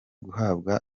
guhabwa